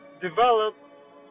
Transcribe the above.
develop